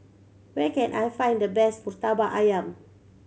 where can I find the best Murtabak Ayam